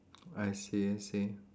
I see I see